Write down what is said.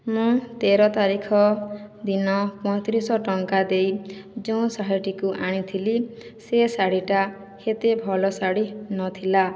ମୁଁ ତେର ତାରିଖ ଦିନ ପଇଁତିରିଶଶହ ଟଙ୍କା ଦେଇ ଯେଉଁ ଶାଢ଼ୀଟିକୁ ଆଣିଥିଲି ସେହି ଶାଢ଼ୀଟା ଏତେ ଭଲ ଶାଢ଼ୀ ନଥିଲା